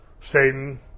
Satan